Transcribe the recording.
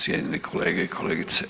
Cijenjene kolegice i kolegice.